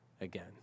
again